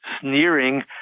sneering